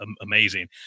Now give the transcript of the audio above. amazing